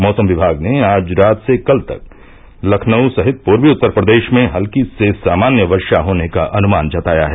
मौसम विभाग ने आज रात से कल तक लखनऊ सहित पूर्वी उत्तर प्रदेश में हल्की से सामान्य वर्षा होने का अनुमान जताया है